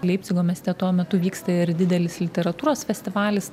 leipcigo mieste tuo metu vyksta ir didelis literatūros festivalis